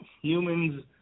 humans